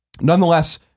Nonetheless